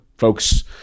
Folks